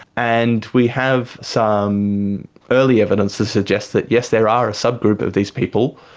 and we have some early evidence to suggest that yes, there are a sub-group of these people,